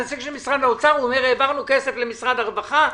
נציג משרד האוצר והוא אומר שהעבירו כסף למשרד הרווחה.